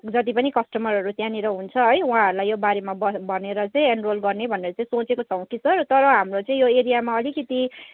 जति पनि कस्टमरहरू त्यहाँनिर हुन्छ है उहाँहरूलाई यो बारेमा ब भनेर चाहिँ एनरोल गर्ने भनेर सोचेको छौँ कि सर तर हाम्रो चाहिँ यो एरियामा अलिकति